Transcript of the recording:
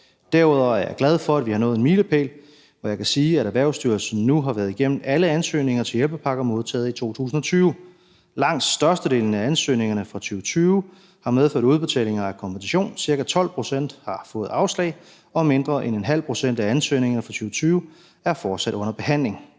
Derudover er jeg glad for, at vi har nået en milepæl, og jeg kan sige, at Erhvervsstyrelsen nu har været igennem alle ansøgninger til hjælpepakker modtaget i 2020. Langt størstedelen af ansøgningerne fra 2020 har medført udbetaling af kompensation, ca. 12 pct. har fået afslag, og mindre end 0,5 pct. af ansøgningerne fra 2020 er fortsat under behandling,